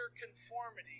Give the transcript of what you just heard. conformity